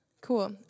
Cool